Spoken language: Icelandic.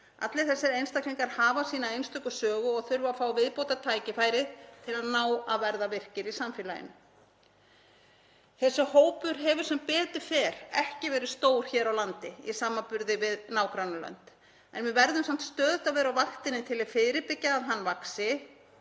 Allir þessir einstaklingar hafa sína einstöku sögu og þurfa að fá viðbótartækifæri til þess að ná að vera virkir í samfélaginu. Þessi hópur hefur sem betur fer ekki verið stór hér á landi í samanburði við önnur lönd en við verðum samt stöðugt að vera á vaktinni til að fyrirbyggja að hann vaxi,